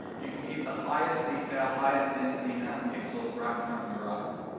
you can keep the highest detail, highest density amount of pixels right in front of your eyes.